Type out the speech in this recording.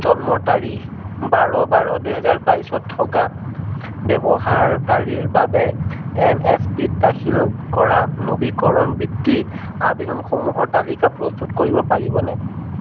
জন্মৰ তাৰিখ বাৰ বাৰ দুহেজাৰ বাইছত থকা ব্যৱহাৰকাৰীৰ বাবে এন এছ পিত দাখিল কৰা নবীকৰণ বৃত্তি আবেদনসমূহৰ তালিকা প্ৰস্তুত কৰিব পাৰিবনে